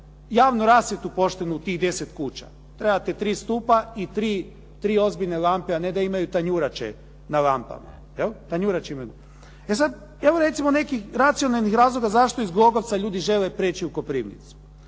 javnu rasvjetu poštenu u tih 10 kuća. Trebate 3 stupa i tri ozbiljne lampe, a ne da imaju tanjurače na lampama. Je li, tanjurače imaju. E sad, evo recimo nekih racionalnih razloga zašto iz Glogovca ljudi žele preći u Koprivnicu.